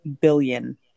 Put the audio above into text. billion